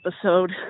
episode